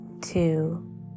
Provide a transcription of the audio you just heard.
two